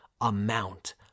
amount